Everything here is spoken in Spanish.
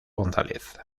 gonzález